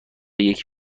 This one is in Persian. یکی